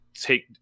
take